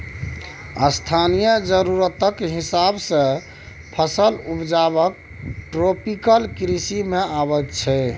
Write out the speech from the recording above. स्थानीय जरुरतक हिसाब सँ फसल उपजाएब ट्रोपिकल कृषि मे अबैत छै